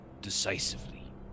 decisively